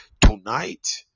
tonight